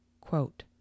Quote